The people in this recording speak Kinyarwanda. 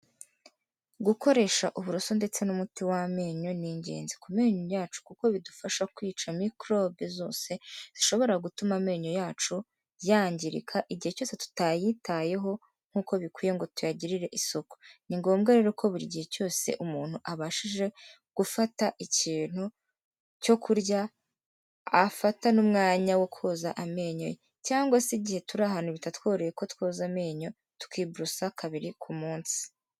Gukoresha uburoso ndetse n'umuti w'amenyo ni ingenzi ku menyo yacu, kuko bidufasha kwica mikorobe zose zishobora gutuma amenyo yacu yangirika igihe cyose tutayitayeho nkuko bikwiye ngo tuyagirire isuku, ni ngombwa rero ko buri gihe cyose umuntu abashije gufata ikintu cyo kurya afata n'umwanya wo koza amenyo, cyangwa se igihe turi ahantu bitatwohereye ko twoza amenyo tukiborosa kabiri ku munsi.